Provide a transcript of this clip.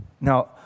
Now